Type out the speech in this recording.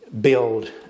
build